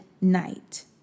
night